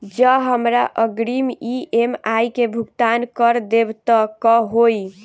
जँ हमरा अग्रिम ई.एम.आई केँ भुगतान करऽ देब तऽ कऽ होइ?